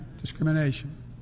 discrimination